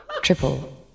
Triple